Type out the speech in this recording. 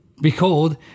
Behold